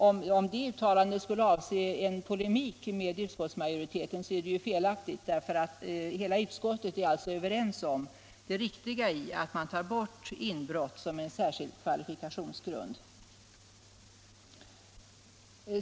Om det uttalandet skulle avse en polemik mot utskottsmajoriteten, så är det syftet felaktigt eftersom hela utskottet är överens om det riktiga i att man tar bort inbrott som särskild kvalifikationsgrund.